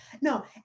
No